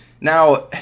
Now